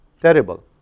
terrible